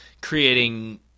creating